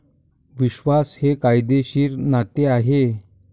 विश्वास हे कायदेशीर नाते आहे